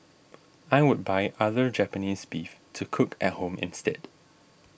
I would buy other Japanese beef to cook at home instead